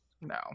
no